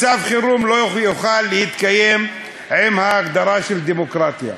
מצב חירום לא יוכל להתקיים עם ההגדרה של דמוקרטיה.